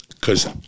cause